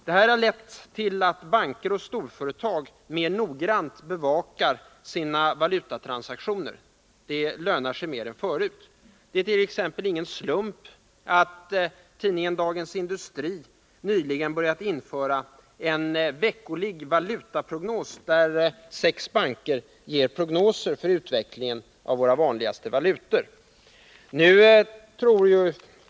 Det har lett till att banker och storföretag mer noggrant bevakar sina valutatransaktioner. Det lönar sig mer nu än förut. Det är t.ex. ingen tillfällighet att tidningen Dagens Industri nyligen börjat införa en veckolig valutaprognos, där sex banker ger prognoser för utvecklingen av våra vanligaste valutor.